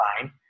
fine